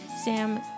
Sam